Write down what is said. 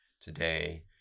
today